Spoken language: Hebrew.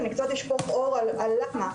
אני קצת אשפוך אור על למה.